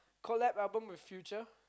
collaboration album with Future